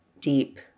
deep